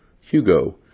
Hugo